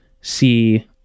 see